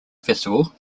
festival